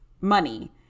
money